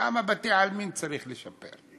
כמה בתי-עלמין צריך לשפר?